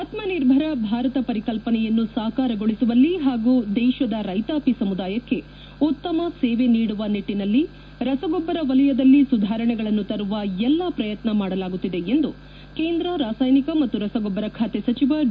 ಆತ್ಮನಿರ್ಭರ್ ಭಾರತ ಪರಿಕಲ್ಪನೆಯನ್ನು ಸಾಕಾರಗೊಳಿಸುವಲ್ಲಿ ಪಾಗೂ ದೇಶದ ರೈತಾಪಿ ಸಮುದಾಯಕ್ಕೆ ಉತ್ತಮ ಸೇವೆ ನಿಡುವ ನಿಟ್ಟನಲ್ಲಿ ರಸಗೊಬ್ಬರ ವಲಯದಲ್ಲಿ ಸುಧಾರಣೆಗಳನ್ನು ತರುವ ಎಲ್ಲಾ ಪ್ರಯತ್ನ ಮಾಡಲಾಗುತ್ತಿದೆ ಎಂದು ಕೇಂದ್ರ ರಾಸಾಯನಿಕ ಮತ್ತು ರಸಗೊಬ್ಬರ ಖಾತೆ ಸಚಿವ ಡಿ